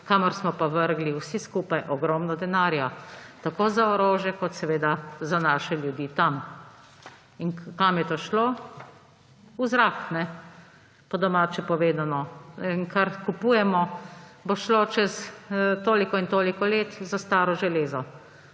kamor smo pa vrgli vsi skupaj ogromno denarja tako za orožje kot seveda za naše ljudi tam. In kam je to šlo? V zraku, po domače povedano. Kar kupujemo, bo šlo čez toliko in toliko let za staro železo.